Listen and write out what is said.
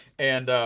and